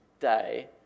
day